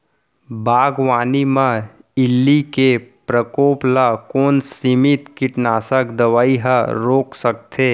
बागवानी म इल्ली के प्रकोप ल कोन सीमित कीटनाशक दवई ह रोक सकथे?